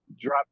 drop